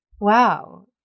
wow